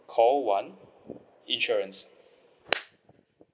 call one insurance